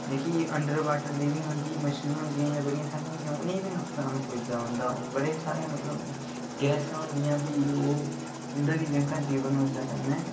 जेह्की under water living होंदी मछलियां हुंदियां जां बड़ियां सारियां उ'नें गी बी नुक्सान पुजदा ऐ ओह्दा बड़े सारे मतलब गैसां होंदियां ते उं'दा बी जीवन जेह्का उस कन्नै